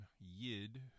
Yid